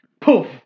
poof